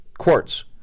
quartz